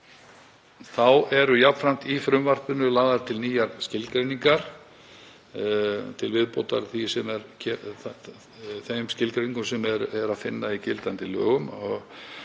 Þá eru jafnframt í frumvarpinu lagðar til nýjar skilgreiningar til viðbótar þeim skilgreiningum sem er að finna í gildandi lögum.